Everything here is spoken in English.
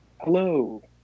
Hello